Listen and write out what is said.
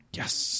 Yes